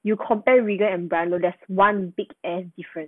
you compare william and bryan low there's one damn big different